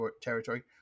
territory